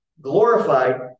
glorified